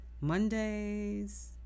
Mondays